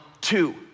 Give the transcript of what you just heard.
two